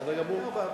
בסדר גמור.